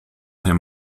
him